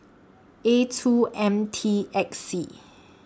A two M T X C